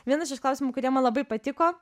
vienas iš klausimų kurie man labai patiko